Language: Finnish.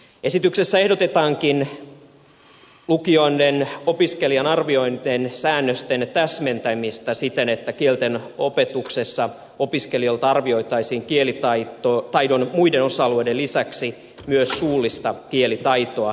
esityksessä ehdotetaankin lukiolain opiskelijan arviointia koskevien säännösten täsmentämistä siten että kielten opetuksessa opiskelijoilta arvioitaisiin kielitaidon muiden osa alueiden lisäksi myös suullista kielitaitoa